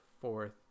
fourth